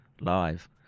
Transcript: live